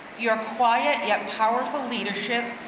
your quiet yet powerful leadership,